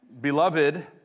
Beloved